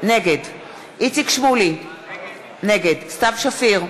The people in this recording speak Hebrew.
נגד איציק שמולי, נגד סתיו שפיר,